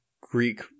greek